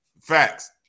Facts